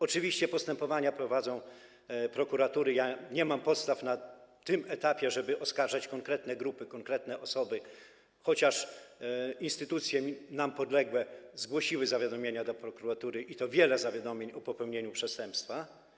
Oczywiście postępowania prowadzą prokuratury, ja nie mam podstaw na tym etapie, żeby oskarżać konkretne grupy, konkretne osoby, chociaż instytucje nam podległe zgłosiły zawiadomienia do prokuratury - i to wiele zawiadomień - o popełnieniu przestępstwa.